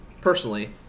Personally